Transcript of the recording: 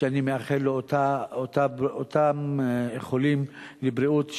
שאני מאחל לו אותם איחולים לבריאות.